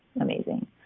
amazing